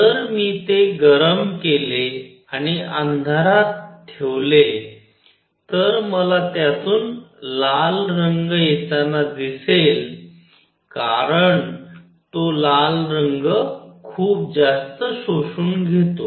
जर मी ते गरम केले आणि अंधारात ठेवले तर मला त्यातून लाल रंग येताना दिसेल कारण तो लाल रंग खूप ज्यास्त शोषून घेतो